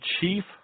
chief